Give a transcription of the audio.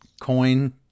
coin